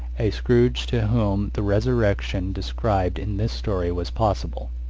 a scrooge to whom the resurrection described in this story was possible.